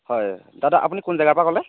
হয় দাদা আপুনি কোন জেগাৰ পৰা ক'লে